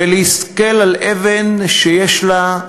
ולהסתכל על אבן שיש לה,